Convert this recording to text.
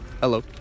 Hello